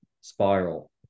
spiral